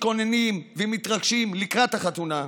מתכוננים ומתרגשים לקראת החתונה.